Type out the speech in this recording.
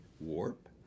warp